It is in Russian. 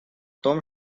том